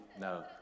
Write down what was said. no